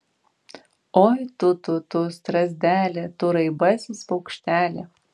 oi tu tu tu strazdeli tu raibasis paukšteli